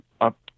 up